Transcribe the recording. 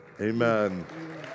Amen